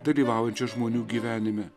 dalyvaujančia žmonių gyvenime